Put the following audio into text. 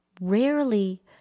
Rarely